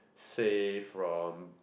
say from